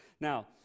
Now